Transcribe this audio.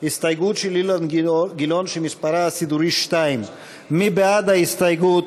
הסתייגות של אילן גילאון שמספרה הסידורי 2. מי בעד ההסתייגות?